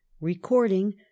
recording